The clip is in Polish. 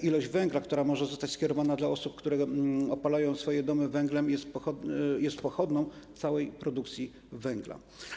Ilość węgla, która może zostać skierowana do osób, które opalają swoje domy węglem, jest pochodną całej produkcji węgla.